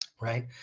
right